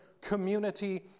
community